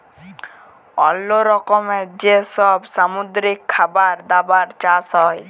অল্লো রকমের যে সব সামুদ্রিক খাবার দাবার চাষ হ্যয়